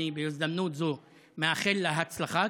בהזדמנות זו אני מאחל לה הצלחה,